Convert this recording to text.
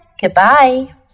goodbye